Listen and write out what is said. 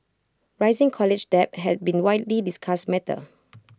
rising college debt had been widely discussed matter